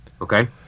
okay